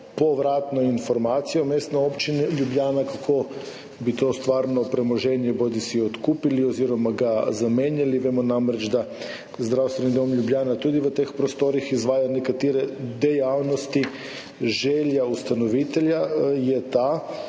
povratno informacijo Mestne občine Ljubljana, kako bi to stvarno premoženje bodisi odkupili oziroma ga zamenjali. Vemo namreč, da Zdravstveni dom Ljubljana tudi v teh prostorih izvaja nekatere dejavnosti. Želja ustanovitelja je ta,